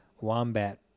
Wombat